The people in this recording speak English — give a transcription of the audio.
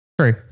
True